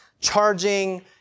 charging